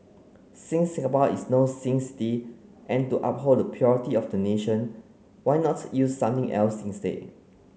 since Singapore is no sin city and to uphold the purity of the nation why not use something else instead